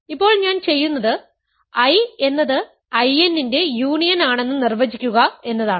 ഇപ്പോൾ ഞാൻ ചെയ്യുന്നത് I എന്നത് In ന്റെ യൂണിയൻ ആണെന്ന് നിർവചിക്കുക എന്നതാണ്